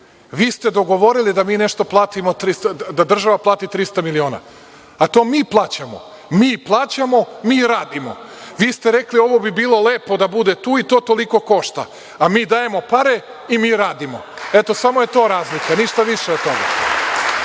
vi ste dogovorili da država plati 300 miliona, a to mi plaćamo. Mi plaćamo, mi radimo. Vi ste rekli – ovo bi bilo lepo da bude tu i to toliko košta; a mi dajemo pare i mi radimo. Eto, samo je to razlika, ništa više od